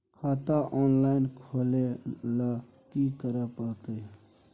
खाता ऑनलाइन खुले ल की करे परतै?